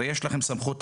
היום יש לכם סמכות,